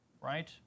right